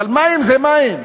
אבל מים זה מים.